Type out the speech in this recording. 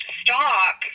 stop